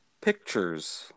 Pictures